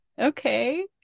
Okay